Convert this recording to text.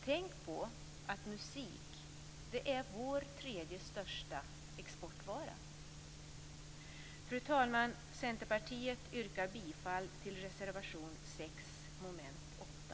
Tänk på att musik är vår tredje största exportvara. Fru talman! Centerpartiet yrkar bifall till reservation 6 under mom. 8.